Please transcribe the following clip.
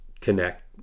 connect